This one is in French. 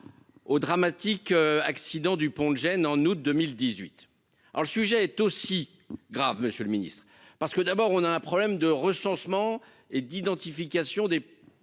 au dramatique accident du pont de Gênes, en août 2018 alors le sujet est aussi grave, Monsieur le Ministre, parce que d'abord on a un problème de recensement et d'identification des